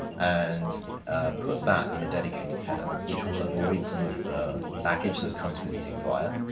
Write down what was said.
and put that in a dedicated header which will avoid some of the baggage that comes with using via,